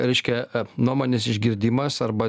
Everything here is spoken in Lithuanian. reiškia nuomonės išgirdimas arba